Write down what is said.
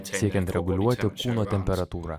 siekiant reguliuoti kūno temperatūrą